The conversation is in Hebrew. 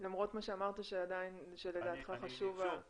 למרות מה שאמרת שלדעתך חשוב ה- -- שוב,